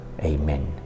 Amen